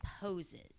poses